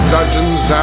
Dungeons